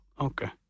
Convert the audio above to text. Okay